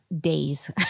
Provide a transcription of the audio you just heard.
days